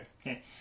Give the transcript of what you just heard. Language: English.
Okay